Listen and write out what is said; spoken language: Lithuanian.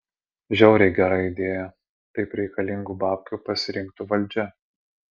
žiauriai gera idėja taip reikalingų babkių pasirinktų valdžia